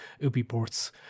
Ubiports